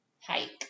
hike